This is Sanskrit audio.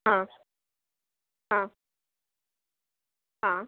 हा हा हा